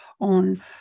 on